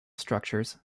structures